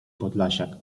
podlasiak